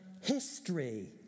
history